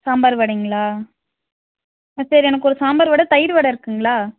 சாம்பார் வடைங்களா ஆ சரி எனக்கு ஒரு சாம்பார் வடை தயிர் வடை இருக்குதுங்களா